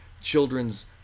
children's